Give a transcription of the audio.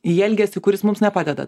jį elgesį kuris mums nepadeda